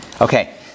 Okay